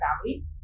family